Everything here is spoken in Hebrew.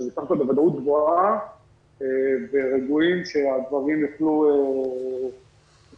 בוודאות גבוהה אנחנו רגועים שהדברים יהיו מוכנים